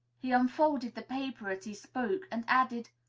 he unfolded the paper as he spoke and added,